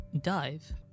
dive